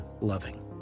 loving